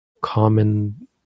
common